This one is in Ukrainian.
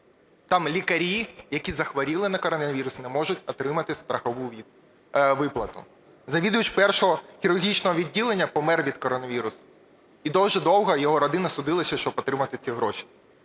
там лікарі, які захворіли на коронавірус, не можуть отримати страхову виплату. Завідувач першого хірургічного відділення помер від коронавірусу і дуже довго його родина судилася, щоб отримати ці гроші.